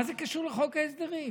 מה זה קשור לחוק ההסדרים?